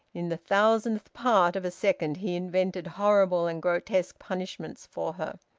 in the thousandth part of a second he invented horrible and grotesque punishments for her,